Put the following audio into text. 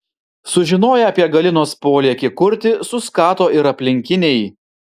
sužinoję apie galinos polėkį kurti suskato ir aplinkiniai